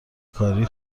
کاری